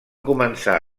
començar